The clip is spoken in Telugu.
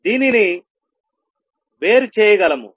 దీనిని వేరు చేయగలము